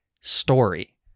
story